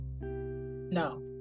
No